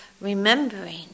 remembering